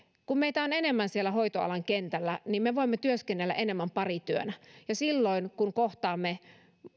kun meitä on enemmän siellä hoitoalan kentällä niin me voimme työskennellä enemmän parityönä ja silloin kun kohtaamme